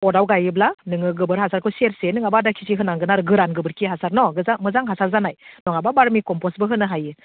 पटआव गायोब्ला नोङो गोबोर हासारखौ सेरसे नङाबा आदा केजि होनांगोन आरो गोरान गोबोरखि हासार न' मोजां हासार जानाय नङाबा भार्मि कम्प'स्टबो होनो हायो